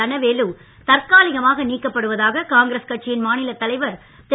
தனவேலு தற்காலிகமாக நீக்கப்படுவதாக காங்கிரஸ் கட்சியின் மாநில தலைவர் திரு